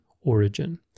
origin